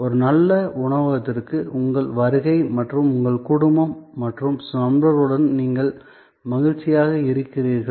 ஒரு நல்ல உணவகத்திற்கு உங்கள் வருகை மற்றும் உங்கள் குடும்பம் மற்றும் நண்பர்களுடன் நீங்கள் மகிழ்ச்சியாக இருக்கிறீர்கள்